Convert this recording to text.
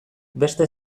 beste